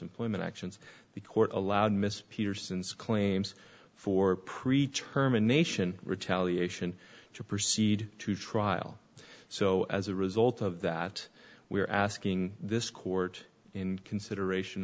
employment actions the court allowed mr peterson's claims for pre term and nation retaliation to proceed to trial so as a result of that we are asking this court in consideration